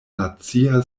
nacia